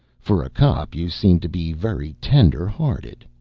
for a cop you seem to be very tender hearted.